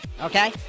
Okay